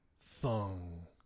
thong